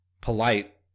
polite